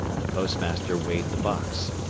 the postmaster weighed the box.